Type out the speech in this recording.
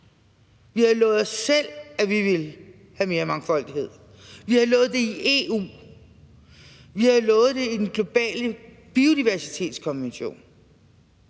Vi har lovet os selv, at vi vil have mere mangfoldighed. Vi har lovet det i EU. Vi har lovet det i den globale biodiversitetskonvention.